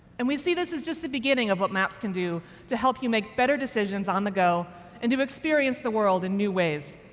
and we see this is just the beginning of what maps can do to help you make better decisions on the go and to experience the world in new ways,